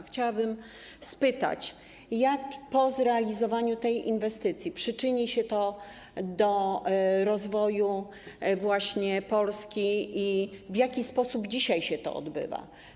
Chciałabym spytać, jak zrealizowanie tej inwestycji przyczyni się to do rozwoju Polski i w jaki sposób dzisiaj się to odbywa.